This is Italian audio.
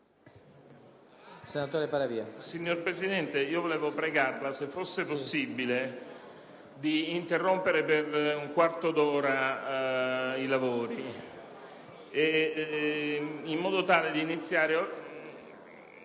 Signor Presidente vorrei pregarla, se fosse possibile, di interrompere per un quarto d'ora i lavori.